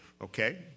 okay